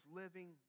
living